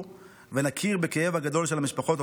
ונכיר בכאב הגדול של המשפחות,